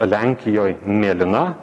lenkijoj mėlyna